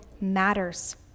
matters